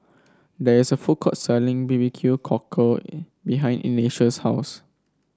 there is a food court selling B B Q Cockle behind Ignatius' house